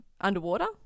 underwater